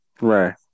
Right